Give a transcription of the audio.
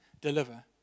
deliver